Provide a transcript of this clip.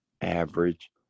average